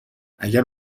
اگر